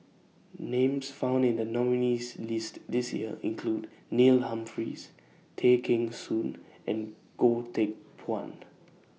Names found in The nominees' list This Year include Neil Humphreys Tay Kheng Soon and Goh Teck Phuan